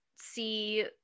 see